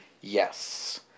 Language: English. Yes